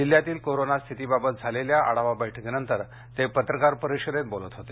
जिल्ह्यातील कोरोना स्थितीबाबत झालेल्या आढावा बैठकीनंतर ते पत्रकार परिषदेत बोलत होते